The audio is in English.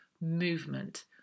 movement